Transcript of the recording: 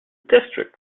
district